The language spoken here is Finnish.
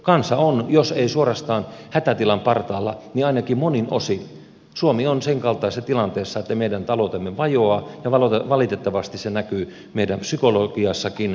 kansa on jos ei suorastaan hätätilan partaalla niin ainakin monin osin suomi on senkaltaisessa tilanteessa että meidän taloutemme vajoaa ja valitettavasti se näkyy meidän psykologiassakin